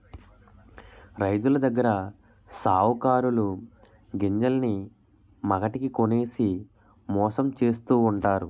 రైతులదగ్గర సావుకారులు గింజల్ని మాగతాకి కొనేసి మోసం చేస్తావుంటారు